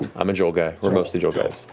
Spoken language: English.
ah i'm a joel guy. we're mostly joel guys.